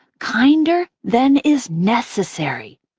kinder than is necessary.